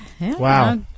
wow